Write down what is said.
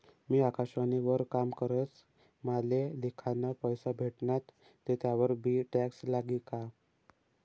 मी आकाशवाणी वर काम करस माले लिखाना पैसा भेटनात ते त्यावर बी टॅक्स लागी का?